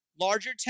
larger